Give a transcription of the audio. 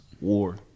war